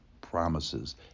promises